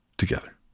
together